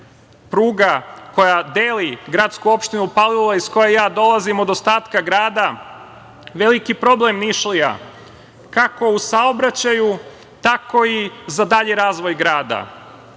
pruga koja deli gradsku opštinu Palilula, iz koje ja dolazim od ostatka grada, veliki problem Nišlija, kako u saobraćaju, tako i za dalji razvoj grada. Kada